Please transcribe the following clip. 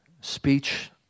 speech